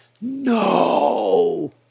no